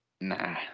Nah